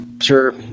sure